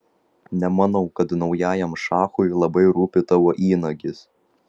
nemanau kad naujajam šachui labai rūpi tavo įnagis